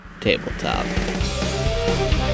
Tabletop